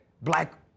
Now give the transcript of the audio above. black